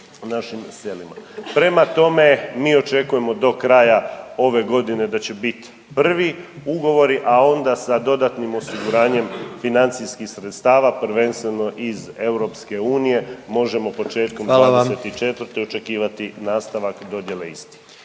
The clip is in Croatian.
Prema tome, mi očekujemo do kraja ove godine da će bit prvi ugovori, a onda sa dodatnim osiguranjem financijskih sredstva prvenstveno iz EU možemo početkom …/Upadica predsjednik: